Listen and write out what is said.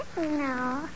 No